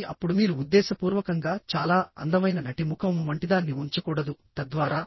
కానీ అప్పుడు మీరు ఉద్దేశపూర్వకంగా చాలా అందమైన నటి ముఖం వంటిదాన్ని ఉంచకూడదు తద్వారా